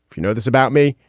you know this about me.